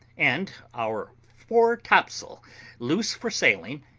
and our fore-topsail loose for sailing,